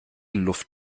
luft